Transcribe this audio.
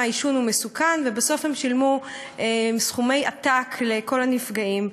העישון הוא מסוכן ובסוף הם שילמו סכומי עתק לכל הנפגעים.